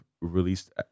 released